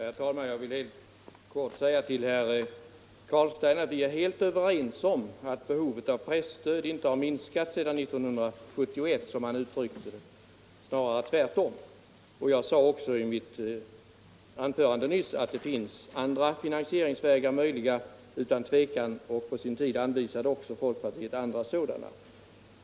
Herr talman! Jag vill helt kort säga till herr Carlstein att vi är fullt överens om att behovet av presstöd inte har minskat sedan 1971, som han uttryckte det, snarare tvärtom. I mitt tidigare anförande sade jag även att andra finansieringsvägar utan tvivel är möjliga. På sin tid anvisade också folkpartiet andra sådana.